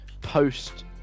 post